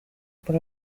por